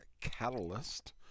Catalyst